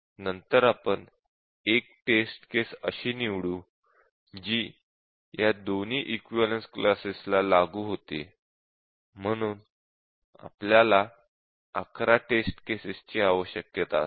नंतर आपण एक टेस्ट केस अशी निवडू जी या दोन्ही इक्विवलेन्स क्लासेस ला लागू होते म्हणून आपल्याला 11 टेस्ट केसेस ची आवश्यकता असेल